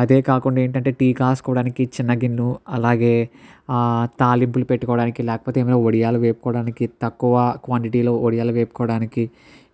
అదే కాకుండా ఏంటి అంటే టీ కాసుకోవడానికి చిన్న గిన్ను అలాగే తాలింపులు పెట్టుకోవడానికి లేకపోతే ఏమైనా వడియాలు వేపుకోవడానికి తక్కువ క్వాంటిటీలో వడియాలు వేపుకోవడానికి